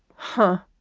huh?